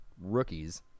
rookies